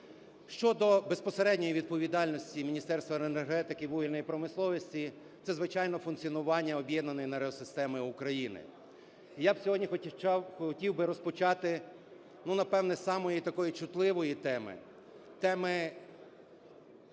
Щодо безпосередньої відповідальності Міністерства енергетики і вугільної промисловості, це звичайно функціонування Об'єднаної енергосистеми України. І я б сьогодні хотів би розпочати, ну напевне, з самої такої чутливої теми – теми